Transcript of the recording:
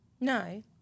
No